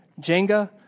Jenga